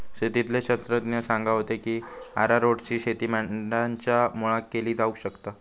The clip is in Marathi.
शेतीतले शास्त्रज्ञ सांगा होते की अरारोटची शेती माडांच्या मुळाक केली जावक शकता